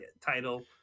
title